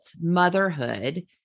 motherhood